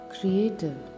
creative